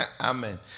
Amen